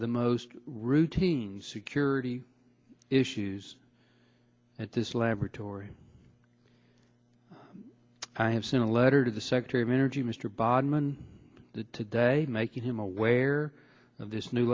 the most routine security issues at this laboratory i have sent a letter to the secretary of energy mr bodman today making him aware of this new